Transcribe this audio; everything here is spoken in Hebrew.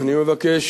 אני מבקש